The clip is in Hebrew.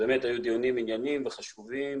באמת היו דיונים ענייניים וחשובים.